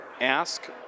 ask